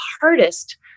hardest